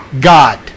God